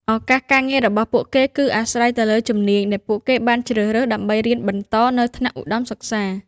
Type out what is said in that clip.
ឱកាសការងាររបស់ពួកគេគឺអាស្រ័យទៅលើជំនាញដែលពួកគេបានជ្រើសរើសដើម្បីរៀនបន្តនៅថ្នាក់ឧត្តមសិក្សា។